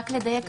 רק לדייק,